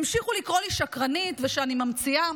המשיכו לקרוא לי "שקרנית" ושאני ממציאה.